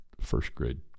first-grade